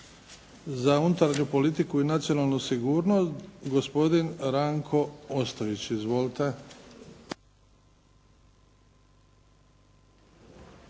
za unutarnju politiku i nacionalnu sigurnost gospodin Ranko Ostojić. Izvolite.